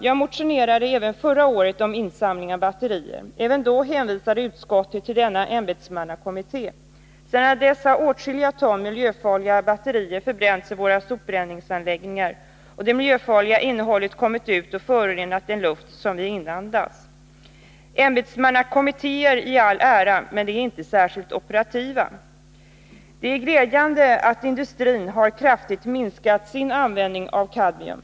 Jag motionerade också förra året om insamling av batterier. Även då hänvisade utskottet till denna ämbetsmannakommitté. Sedan dess har åtskilliga ton miljöfarliga batterier förbränts i våra sopbränningsanläggningar, och det miljöfarliga innehållet har kommit ut och förorenat den luft som vi inandas. Ämbetsmannakommittéer i all ära, men de är inte särskilt operativa. Det är glädjande att industrin kraftigt har minskat sin användning av kadmium.